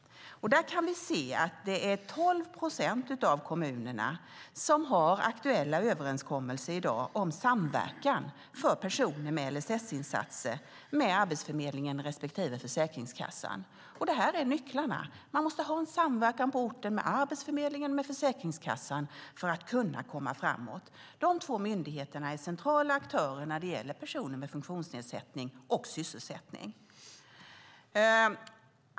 Vi kan se att 12 procent av kommunerna har aktuella överenskommelser med Arbetsförmedlingen och Försäkringskassan om samverkan för personer med LSS-insatser. Det är nycklarna. Man måste ha en samverkan på orten med Arbetsförmedlingen och Försäkringskassan för att kunna komma framåt. Dessa myndigheter är centrala aktörer när det handlar om personer med funktionsnedsättning och sysselsättning.